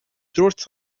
dúirt